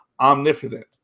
omnipotent